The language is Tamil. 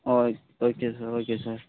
okay okay sir okay sir